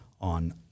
on